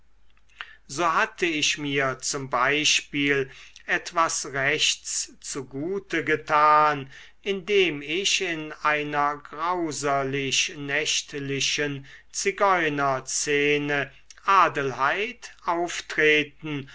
so hatte ich mir z b etwas rechts zugute getan indem ich in einer grauserlich nächtlichen zigeunerszene adelheid auftreten